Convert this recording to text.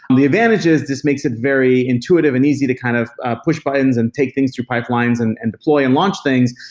the advantages, this makes it very intuitive and easy to kind of push buttons and take things through pipelines and and deploy and launch things,